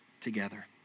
together